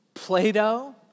Plato